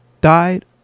died